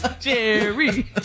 Jerry